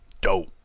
dope